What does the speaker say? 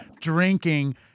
drinking